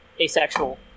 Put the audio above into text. asexual